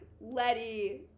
Letty